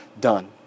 done